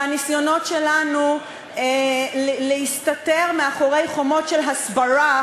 והניסיונות שלנו להסתתר מאחורי חומות של הסברה,